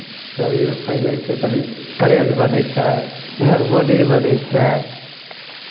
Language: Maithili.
शरीर फैलैत छै तनि करेज बनै छै फेर बॉडी बनै छै